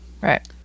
right